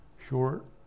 short